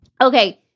Okay